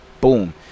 Boom